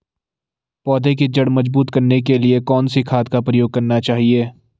पौधें की जड़ मजबूत करने के लिए कौन सी खाद का प्रयोग करना चाहिए?